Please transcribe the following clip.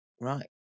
right